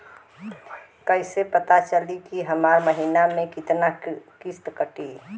कईसे पता चली की हमार महीना में कितना किस्त कटी?